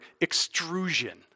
extrusion